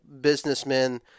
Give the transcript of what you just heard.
businessmen